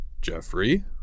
Jeffrey